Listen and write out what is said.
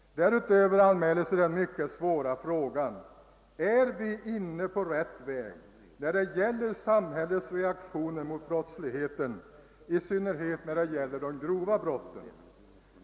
Därutöver anmäler sig den mycket svåra frågan: Är vi inne på rätt väg när det gäller samhällets reaktioner mot brottsligheten, i synnerhet de grova brotten?